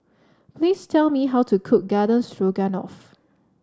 please tell me how to cook Garden Stroganoff